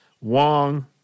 Wong